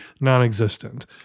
non-existent